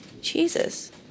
Jesus